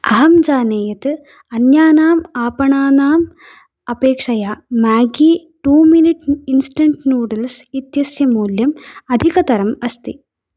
अहम् जाने यत् अन्यानाम् आपणानाम् अपेक्षया Maggi two minute instant noodles इत्यस्य मूल्यम् अधिकतरम् अस्ति